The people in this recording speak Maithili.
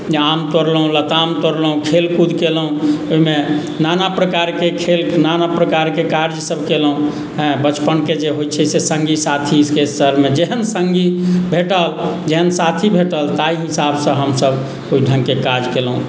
जे आम तोड़लहुँ लताम तोड़लहुँ खेलकूद केलहुँ ओहिमे नाना प्रकारके खेल नाना प्रकारके कार्यसभ केलहुँ आँय बचपनके जे होइत छै से सङ्गी साथीके सरमे जेहन सङ्गी भेटल जेहन साथी भेटल ताहि हिसाबसँ हमसभ ओहि ढङ्गके काज केलहुँ